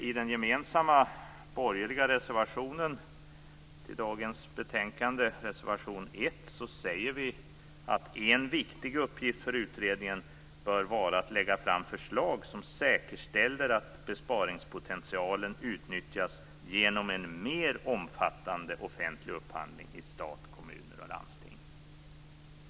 I den gemensamma borgerliga reservationen till dagens betänkande, reservation 1, säger vi: "En viktig uppgift för utredningen bör också vara att lägga fram förslag som säkerställer att besparingspotentialen utnyttjas genom en mer omfattande offentlig upphandling i stat, kommuner och landsting."